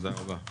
תודה רבה.